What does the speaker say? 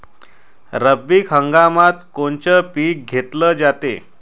रब्बी हंगामात कोनचं पिक घेतलं जाते?